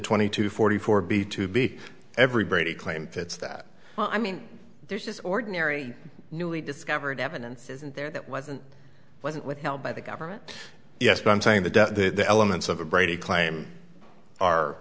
twenty two forty four b two b everybody claim fits that well i mean there's just ordinary newly discovered evidence isn't there that wasn't wasn't withheld by the government yes but i'm saying the debt that the elements of the brady claim are